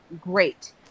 great